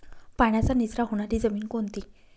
पाण्याचा निचरा होणारी जमीन कोणती?